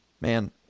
Man